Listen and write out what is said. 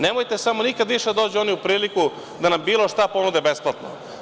Nemojte samo nikad više da dođu oni u priliku da nam bilo šta ponude besplatno.